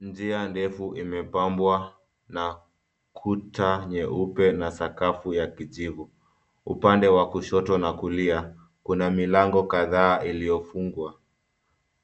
Njia ndefu imepambwa na kuta nyeupe na sakafu ya kijivu. Upande wa kushoto na kulia, kuna milango kadhaa iliyofungwa.